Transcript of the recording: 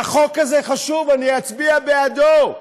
החוק הזה חשוב ואני אצביע בעדו,